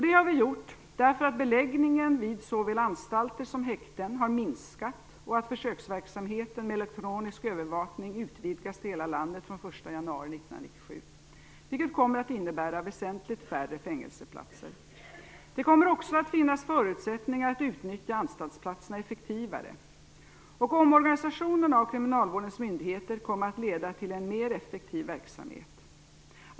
Det har vi gjort därför att beläggningen vid såväl anstalter som häkten har minskat och därför att försöksverksamheten med elektronisk övervakning utvidgas till hela landet från den 1 januari 1997, vilket kommer att innebära väsentligt färre fängelseplatser. Det kommer också att finnas förutsättningar att utnyttja anstaltsplatserna effektivare, och omorganisationen av kriminalvårdens myndigheter kommer att leda till en mer effektiv verksamhet.